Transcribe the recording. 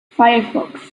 firefox